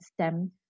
stem